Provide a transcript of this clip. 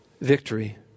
victory